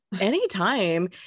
Anytime